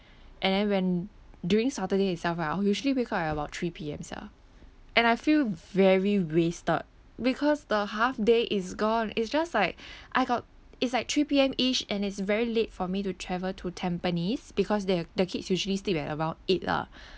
and then when during saturday itself right I'll usually wake up at about three P_M sia and I feel very wasted because the half day is gone it's just like I got it's like three P_M ish and it's very late for me to travel to tampines because they're the kids usually sleep at around eight lah